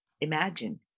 imagine